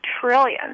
trillions